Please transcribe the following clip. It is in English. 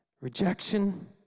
rejection